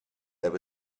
there